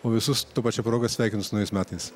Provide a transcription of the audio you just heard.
o visus ta pačia proga sveikinu su naujais metais